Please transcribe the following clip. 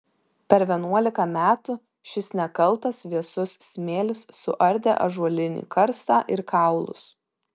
per vienuolika metų šis nekaltas vėsus smėlis suardė ąžuolinį karstą ir kaulus